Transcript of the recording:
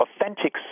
authentic